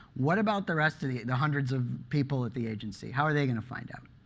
what about the rest of the the hundreds of people at the agency? how are they going to find out?